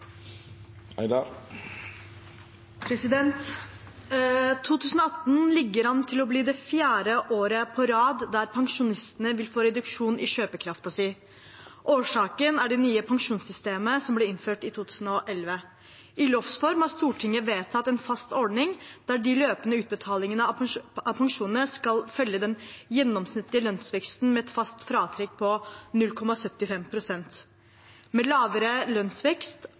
griper. 2018 ligger an til å bli det fjerde året på rad da pensjonistene vil få reduksjon i kjøpekraften sin. Årsaken er det nye pensjonssystemet som ble innført i 2011. I lovs form har Stortinget vedtatt en fast ordning der de løpende utbetalingene av pensjonene skal følge den gjennomsnittlige lønnsveksten med et fast fratrekk på 0,75 pst. Med lavere lønnsvekst